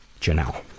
Janelle